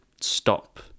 stop